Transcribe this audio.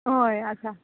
हय आसा